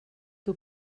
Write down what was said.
que